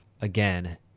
Again